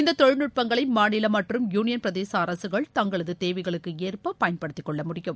இந்த தொழில்நுட்பங்களை மாநில மற்றும் யூனியன் பிரதேச அரசுகள் தங்களது தேவைகளுக்கு ஏற்ப பயன்படுத்தி கொள்ளமுடியும்